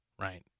Right